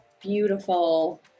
beautiful